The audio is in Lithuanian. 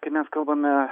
kai mes kalbame